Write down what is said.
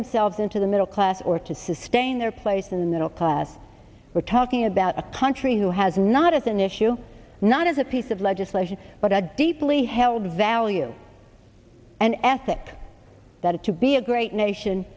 themselves into the middle class or to sustain their place in the middle class we're talking about a country who has not as an issue not as a piece of legislation but a deeply held value and ethic that it to be a great nation